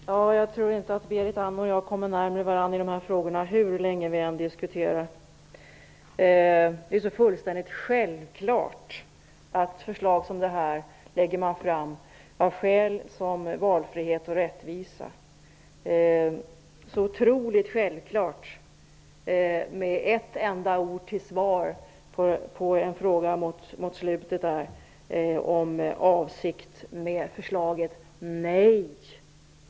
Herr talman! Jag tror inte att Berit Andnor och jag kommer närmare varandra i dessa frågor hur länge vi än diskuterar. Det är fullständigt självklart att förslag som det här läggs fram av skäl som valfrihet och rättvisa. Jag ger med ett enda ord ett självklart svar på frågan mot slutet om vår avsikt med förslaget: Nej!